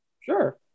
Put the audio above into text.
Sure